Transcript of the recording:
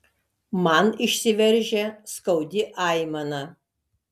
man išsiveržia skaudi aimana